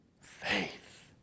faith